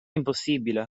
impossibile